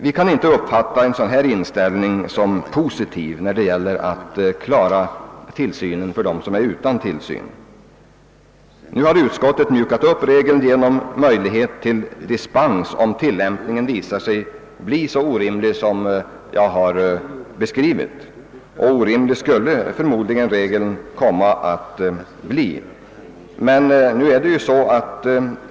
Vi kan inte uppfatta en sådan här inställning som positiv när det gäller att klara tillsynen för de barn som nu är utan tillsyn. Utskottet har mjukat upp regeln genom möjligheten till dispens, om tilllämpningen visar att regeln blir så orimlig som jag har beskrivit — och orimlig skulle den förmodligen komma att bli.